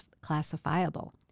classifiable